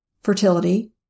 fertility